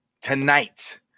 tonight